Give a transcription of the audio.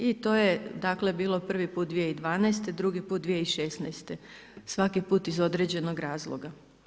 I to je dakle bilo prvi put 2012., drugi put 2016., svaki put iz određenog razloga.